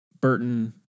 Burton